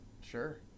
Sure